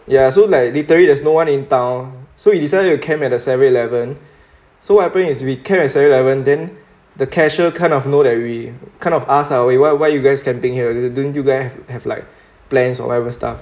ya so like literally there's no one in town so we decided to camp at a seven eleven so what happen is we camp at eleven then the cashier kind of know that we kind of ask ah why why you guys camping here don't you guy have like plans or whatever stuff